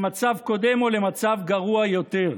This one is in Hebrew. למצב קודם או למצב גרוע יותר.